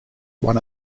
one